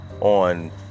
on